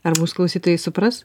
ar mūsų klausytojai supras